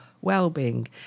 well-being